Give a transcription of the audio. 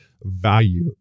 value